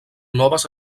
noves